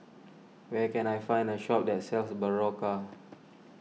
where can I find a shop that sells Berocca